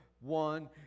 one